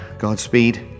Godspeed